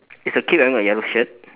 is the kid wearing a yellow shirt